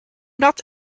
not